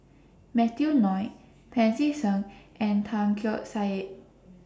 Matthew Ngui Pancy Seng and Tan Keong Saik